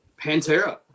pantera